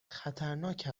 خطرناک